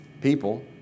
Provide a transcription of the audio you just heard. people